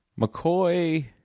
McCoy